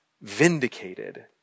vindicated